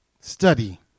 Study